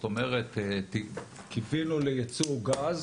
זאת אומרת קיווינו לייצוא גז